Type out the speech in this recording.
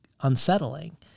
unsettling